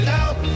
out